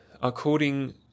according